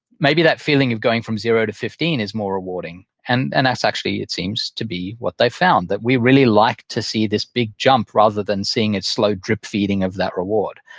maybe that feeling of going from zero to fifteen is more rewarding, and and that's actually it seems to be what they found, that we really like to see this big jump rather than seeing a slow drip feeding of that reward,